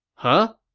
huh?